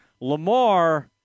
Lamar